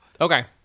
Okay